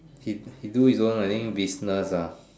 he he do his own I think business ah